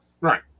Right